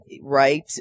right